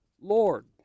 Lord